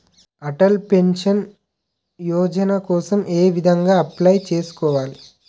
Atal pension Yojana కోసం ఏ విధంగా అప్లయ్ చేసుకోవాలి?